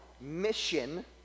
mission